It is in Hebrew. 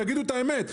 תגידו את האמת.